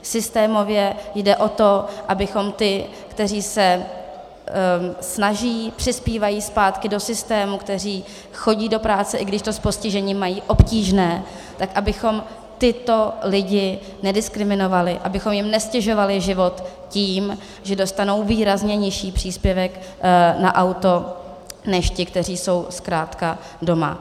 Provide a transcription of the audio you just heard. Systémově jde o to, abychom ty, kteří se snaží, přispívají zpátky do systému, kteří chodí do práce, i když to s postižením mají obtížné, abychom tyto lidi nediskriminovali, abychom jim neztěžovali život tím, že dostanou výrazně nižší příspěvek na auto než ti, kteří jsou zkrátka doma.